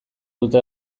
dute